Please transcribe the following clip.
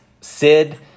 sid